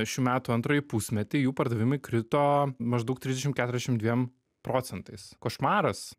šių metų antrąjį pusmetį jų pardavimai krito maždaug trisdešim keturiasdešim dviem procentais košmaras